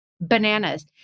bananas